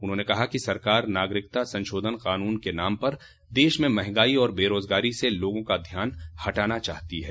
उन्होंने कहा कि सरकार नागरिकता संशोधन क़ानून के नाम पर देश में महंगाई और बेरोजगारी से लोगों का ध्यान हटाना चाहती है